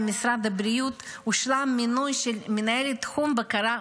משרד הבריאות הושלם מינוי של מנהלת תחום בקרה,